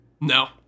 no